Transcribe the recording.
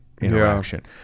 interaction